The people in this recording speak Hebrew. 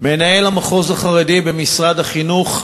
מנהל המחוז החרדי במשרד החינוך,